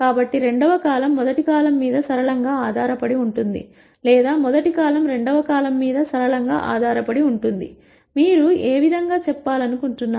కాబట్టి రెండవ కాలమ్ మొదటి కాలమ్ మీద సరళంగా ఆధారపడి ఉంటుంది లేదా మొదటి కాలమ్ రెండవ కాలమ్ మీద సరళంగా ఆధారపడి ఉంటుంది మీరు ఏ విధంగా చెప్పాలనుకుంటున్నారు